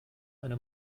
eine